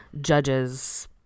judges